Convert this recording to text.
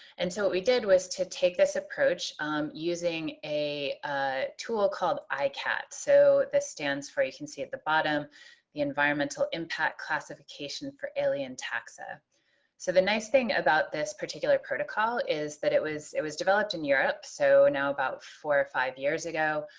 and so what we did was to take this approach using a ah tool called eicat so this stands for you can see at the bottom the environmental impact classification for alien taxa so the nice thing about this particular protocol is that it was it was developed in europe so now about four or five years ago